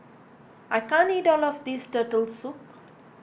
I can't eat all of this Turtle Soup